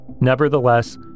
Nevertheless